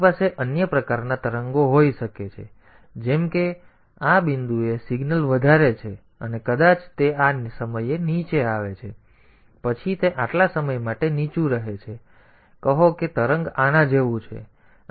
તમારી પાસે અન્ય પ્રકારના તરંગો હોઈ શકે છે જેમ કે કહો કે આ બિંદુએ સિગ્નલ વધારે છે અને કદાચ તે આ સમયે નીચે આવે છે તે નીચે આવે છે અને પછી તે આટલા સમય માટે નીચું રહે છે કહો કે તરંગ આના જેવું છે